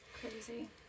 Crazy